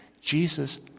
Jesus